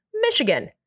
Michigan